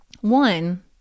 One